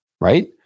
right